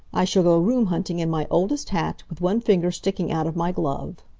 i shall go room-hunting in my oldest hat, with one finger sticking out of my glove.